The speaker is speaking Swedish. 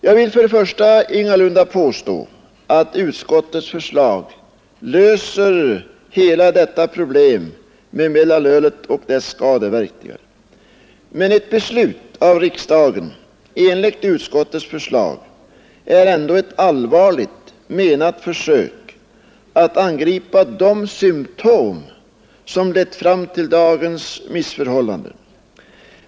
Jag vill ingalunda påstå att utskottets förslag löser hela detta problem med mellanölet och dess skadeverkningar, men ett beslut av riksdagen enligt utskottets förslag är ändå ett allvarligt menat försök att angripa de symtom som lett fram till dagens missförhållanden.